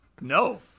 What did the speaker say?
No